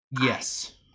yes